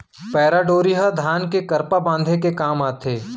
पैरा डोरी ह धान के करपा बांधे के काम आथे